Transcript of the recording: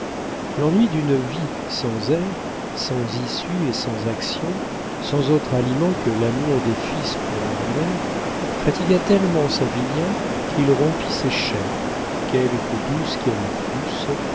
l'ennui d'une vie sans air sans issue et sans action sans autre aliment que l'amour des fils pour leurs mères fatigua tellement savinien qu'il rompit ses chaînes quelque douces qu'elles fussent